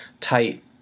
tight